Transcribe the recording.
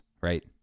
right